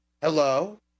hello